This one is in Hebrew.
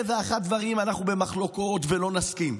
על אלף ואחד דברים אנחנו במחלוקות ולא נסכים,